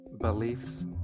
beliefs